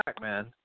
man